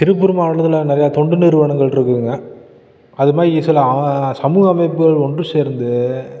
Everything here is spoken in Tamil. திருப்பூர் மாவட்டத்தில் நிறையா தொண்டு நிறுவனங்கள் இருக்குதுங்க அது மாதிரி சில சமூக அமைப்புகள் ஒன்று சேர்ந்து